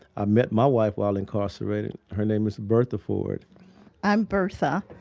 i met my wife while incarcerated. her name is bertha ford i'm bertha.